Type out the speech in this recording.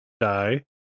die